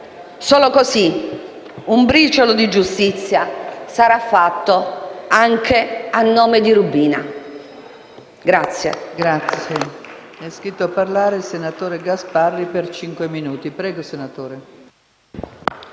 Solo così, un briciolo di giustizia sarà fatto anche a nome di Rubina.